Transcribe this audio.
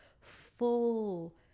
full